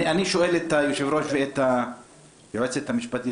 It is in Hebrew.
אני שואל את היושב-ראש ואת היועצת המשפטית,